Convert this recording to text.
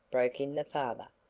broke in the father,